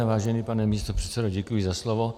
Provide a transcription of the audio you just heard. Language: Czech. Vážený pane místopředsedo, děkuji za slovo.